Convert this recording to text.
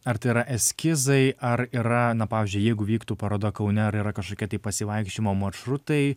ar tai yra eskizai ar yra na pavyzdžiui jeigu vyktų paroda kaune ar yra kažkokie tai pasivaikščiojimo maršrutai